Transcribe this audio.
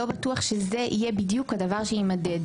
לא בטוח שזה יהיה בדיוק הדבר שיימדד.